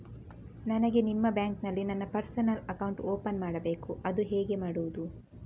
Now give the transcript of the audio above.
ನನಗೆ ನಿಮ್ಮ ಬ್ಯಾಂಕಿನಲ್ಲಿ ನನ್ನ ಪರ್ಸನಲ್ ಅಕೌಂಟ್ ಓಪನ್ ಮಾಡಬೇಕು ಅದು ಹೇಗೆ ಮಾಡುವುದು?